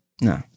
No